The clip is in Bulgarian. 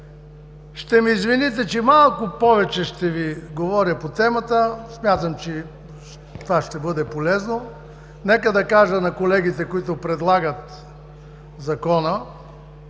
Ще ме извините, че ще Ви говоря малко повече по темата. Смятам, че това ще бъде полезно. Нека да кажа на колегите, които предлагат Закона,